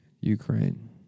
Ukraine